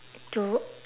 to